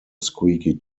squeaky